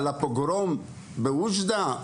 על הפוגרום באוג'דה?".